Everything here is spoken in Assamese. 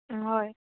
হয়